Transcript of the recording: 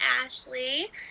Ashley